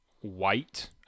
white